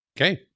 Okay